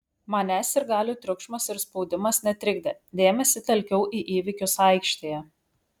manęs sirgalių triukšmas ir spaudimas netrikdė dėmesį telkiau į įvykius aikštėje